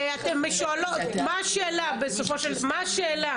ואתן גם שואלות --- מה השאלה בסופו של דבר?